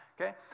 okay